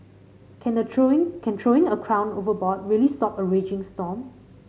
can a throwing can throwing a crown overboard really stop a raging storm